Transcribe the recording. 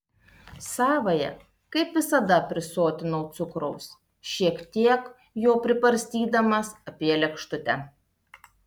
savąją kaip visada prisotinau cukraus šiek tiek jo pribarstydamas apie lėkštutę